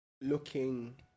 looking